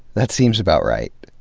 that seems about right.